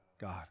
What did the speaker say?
God